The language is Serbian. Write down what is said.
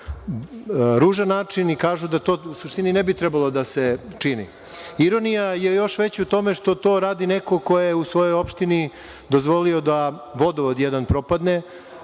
ružan način i kažu da to u suštini ne bi trebalo da se čini. Ironija je još veća u tome što to radi neko ko je u svojoj opštini dozvolio da vodovod jedan propadne,